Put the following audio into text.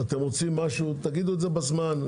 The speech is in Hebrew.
אתם רוצים משהו, תגידו את זה בזמן.